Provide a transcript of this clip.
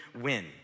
win